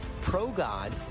pro-God